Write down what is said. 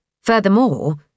Furthermore